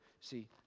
See